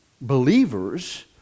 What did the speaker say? believers